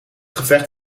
gevecht